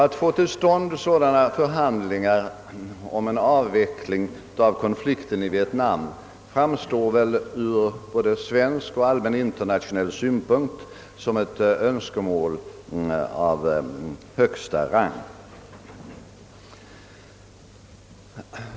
Att få till stånd sådana förhandlingar om avveckling av konflikten i Vietnam framstår emellertid ur både svensk och allmän internationell synpunkt som ett önskemål av högsta rang.